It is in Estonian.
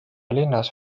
linnas